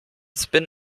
spin